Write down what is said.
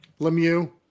Lemieux